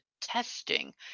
testing